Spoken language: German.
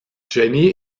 jenny